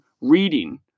reading